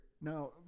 Now